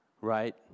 right